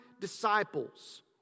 disciples